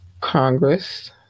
Congress